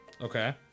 okay